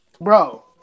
Bro